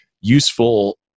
useful